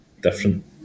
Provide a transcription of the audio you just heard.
different